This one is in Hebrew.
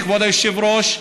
כבוד היושב-ראש,